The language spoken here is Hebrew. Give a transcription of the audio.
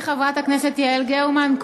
חברתי חברת הכנסת יעל גרמן,